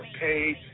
paid